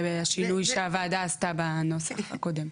זה השינוי שהוועדה עשתה בנוסח הקודם.